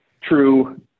true